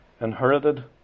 inherited